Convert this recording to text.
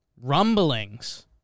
rumblings